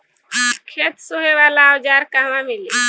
खेत सोहे वाला औज़ार कहवा मिली?